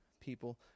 people